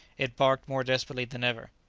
it barked more desperately than ever.